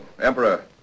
Emperor